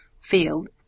field